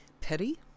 petty